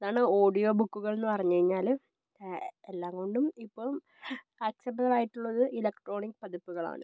അതാണ് ഓഡിയോ ബുക്കുകൾ എന്നു പറഞ്ഞു കഴിഞ്ഞാൽ എല്ലാം കൊണ്ടും ഇപ്പം ആക്സപ്റ്റബിൾ ആയിട്ടുള്ളത് ഇലക്ട്രോണിക്ക് പതിപ്പുകളാണ്